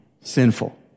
sinful